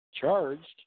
charged